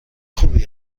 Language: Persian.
خوبی